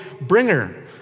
bringer